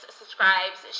subscribes